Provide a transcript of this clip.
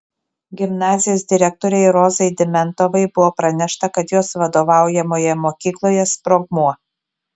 gimnazijos direktorei rozai dimentovai buvo pranešta kad jos vadovaujamoje mokykloje sprogmuo